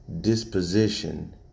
disposition